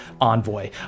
envoy